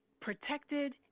Protected